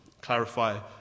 clarify